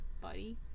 buddy